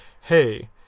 hey